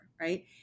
right